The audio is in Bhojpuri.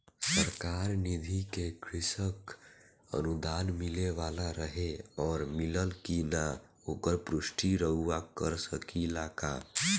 सरकार निधि से कृषक अनुदान मिले वाला रहे और मिलल कि ना ओकर पुष्टि रउवा कर सकी ला का?